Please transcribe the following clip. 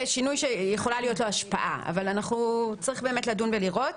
שינוי שיכולה להיות לו השפעה אבל צריך לדון ולראות.